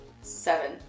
seven